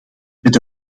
met